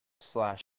slash